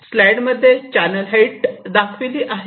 slide मध्ये channel height दाखवले आहे